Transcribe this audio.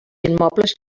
immobles